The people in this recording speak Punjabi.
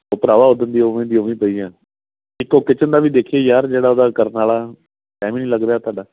ਓ ਭਰਾਵਾਂ ਉੱਦਣ ਦੀ ਉਵੇਂ ਦੀ ਉਵੇਂ ਪਈ ਹੈ ਇੱਕ ਓ ਕਿਚਨ ਦਾ ਵੀ ਦੇਖੀਏ ਯਾਰ ਜਿਹੜਾ ਉਹਦਾ ਕਰਨ ਵਾਲਾ ਟਾਇਮ ਹੀ ਨਹੀਂ ਲੱਗ ਰਿਹਾ ਤੁਹਾਡਾ